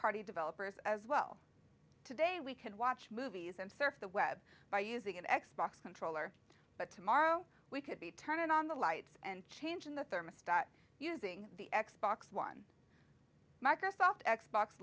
party developers as well today we can watch movies and surf the web by using an x box controller but tomorrow we could be turning on the lights and changing the thermostat using the x box one microsoft x box